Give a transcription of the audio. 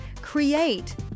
create